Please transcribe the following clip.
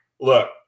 look